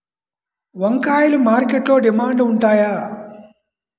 వంకాయలు మార్కెట్లో డిమాండ్ ఉంటాయా?